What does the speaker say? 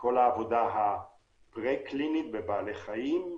כל העבודה הפרה-קלינית בבעלי חיים,